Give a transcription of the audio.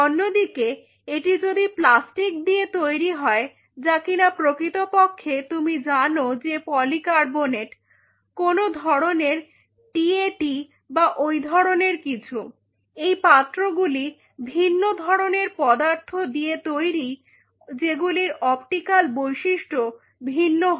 অন্যদিকে এটি যদি প্লাস্টিক দিয়ে তৈরি হয় যা কিনা প্রকৃতপক্ষে তুমি জানো যে পলিকার্বনেট কোন ধরনের টিএটি বা ওই ধরনের কিছু এই পাত্র গুলি ভিন্ন ধরনের পদার্থ দিয়ে তৈরি যেগুলির অপটিকাল বৈশিষ্ট্য ভিন্ন হয়